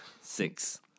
six